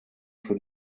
für